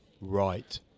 Right